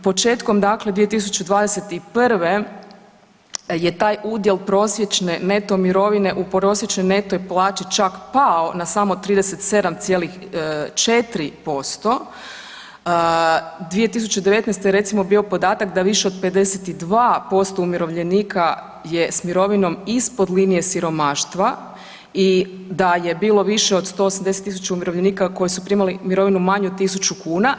Početkom dakle 2021. je taj udjel prosječne neto mirovine u prosječnoj neto plaći čak pao na samo 37,4%, 2019. je recimo bio podatak da više od 52% umirovljenika je s mirovinom ispod linije siromaštva i da je bilo više od 180.000 umirovljenika koji su primali mirovinu manju od 1.000 kuna.